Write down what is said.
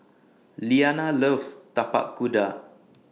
Liana loves Tapak Kuda